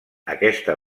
aquesta